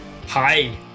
Hi